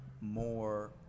more